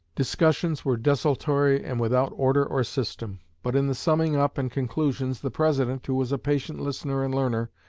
discussions were desultory and without order or system but in the summing-up and conclusions the president, who was a patient listener and learner,